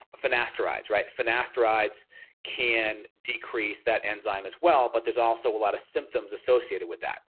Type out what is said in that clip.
but finasterides, right finasterides can decrease that enzyme as well but there's also a lot of symptoms associated with that.